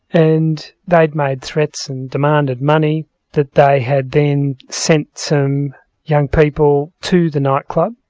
and they'd made threats and demanded money that they had then sent some young people to the nightclub,